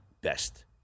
Best